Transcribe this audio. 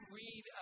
read